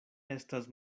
estas